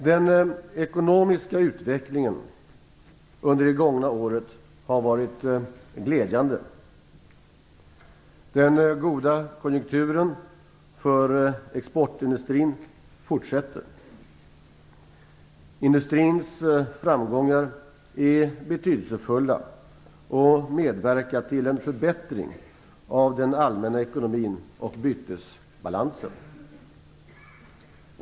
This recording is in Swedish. Den ekonomiska utvecklingen under det gångna året har varit glädjande. Den goda konjunkturen för exportindustrin fortsätter. Industrins framgångar är betydelsefulla och medverkar till en förbättring av den allmänna ekonomin och bytesbalansen.